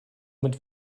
mit